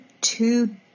two